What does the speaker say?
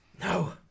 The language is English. no